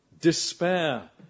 despair